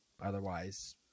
Otherwise